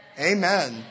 Amen